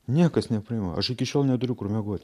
niekas nepriima aš iki šiol neturiu kur miegot